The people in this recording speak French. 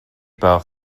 par